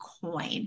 coin